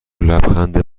لبخند